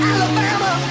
Alabama